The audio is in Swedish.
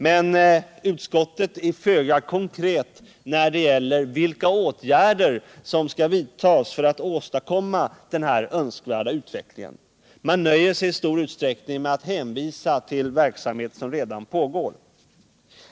Men utskottet är föga konkret när det gäller att ta ställning till vilka åtgärder som skall vidtas för att åstadkomma den önskvärda utvecklingen, utan nöjer sig i stor utsträckning med att hänvisa till verksamhet som redan pågår.